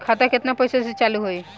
खाता केतना पैसा से चालु होई?